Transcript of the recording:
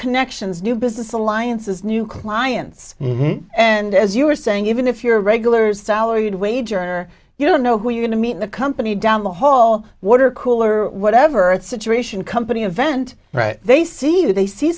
connections new business alliances new clients and as you were saying even if you're a regular salaried wage earner you don't know who you going to meet the company down the hall water cooler or whatever situation company event right they see that they see